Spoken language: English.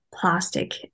plastic